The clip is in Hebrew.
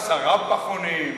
עשרה פחונים.